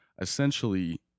Essentially